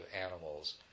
animals